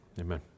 Amen